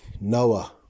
noah